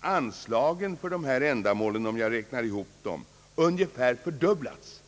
anslagen för dessa ändamål sedan åren 1965/66 ungefär fördubblats.